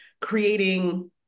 creating